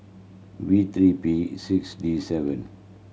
V three P six D seven